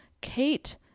Kate